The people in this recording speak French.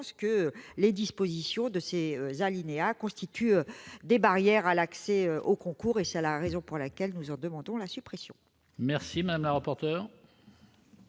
que les dispositions de ces alinéas constituent une barrière à l'accès au concours ; c'est la raison pour laquelle nous en demandons la suppression. Quel est l'avis de